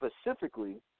specifically